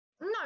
No